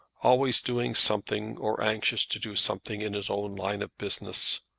always doing something or anxious to do something in his own line of business.